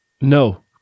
No